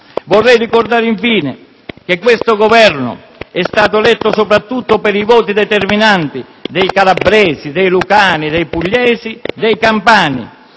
Vorrei ricordare, infine, che questo Governo è stato eletto soprattutto per i voti determinanti dei calabresi, dei lucani, dei pugliesi, dei campani.